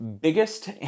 biggest